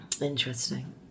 Interesting